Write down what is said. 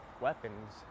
weapons